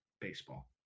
Baseball